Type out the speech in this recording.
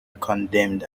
condemned